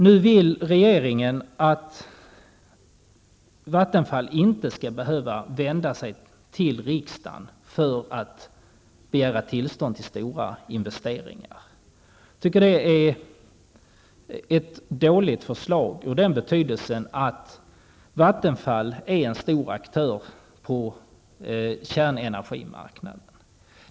Nu vill regeringen att Vattenfall inte skall behöva vända sig till riksdagen för att begära tillstånd till stora investeringar. Jag tycker att detta är ett dåligt förslag, eftersom Vattenfall är en stor aktör på kärnenergimarknaden.